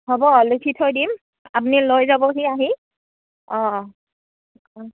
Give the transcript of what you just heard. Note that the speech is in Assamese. হ'ব লিখি থৈ দিম আপুনি লৈ যাবহি আহি অঁ অঁ অঁ